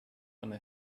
eine